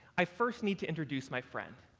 i first need to introduce my friend.